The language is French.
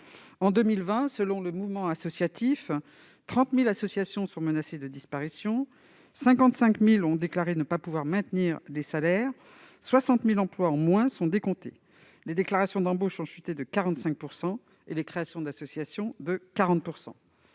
En 2020, selon le Mouvement associatif, 30 000 associations sont menacées de disparition, 55 000 ont déclaré ne pas pouvoir maintenir les salaires et l'on décompte 60 000 emplois en moins. Les déclarations d'embauche ont chuté de 45 % et les créations d'association de 40 %.